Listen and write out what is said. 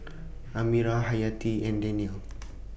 Amirah Hayati and Danial